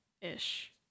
ish